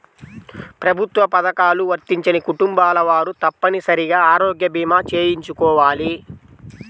ప్రభుత్వ పథకాలు వర్తించని కుటుంబాల వారు తప్పనిసరిగా ఆరోగ్య భీమా చేయించుకోవాలి